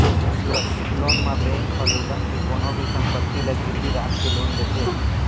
सुरक्छित लोन म बेंक ह लोगन के कोनो भी संपत्ति ल गिरवी राख के लोन देथे